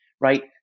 right